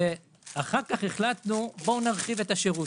ואחר כך החלטנו להרחיב את השירות.